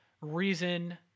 reason